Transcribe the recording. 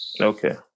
Okay